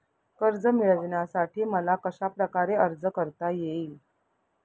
कर्ज मिळविण्यासाठी मला कशाप्रकारे अर्ज करता येईल?